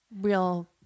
real